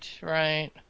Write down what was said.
right